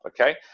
okay